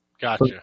Gotcha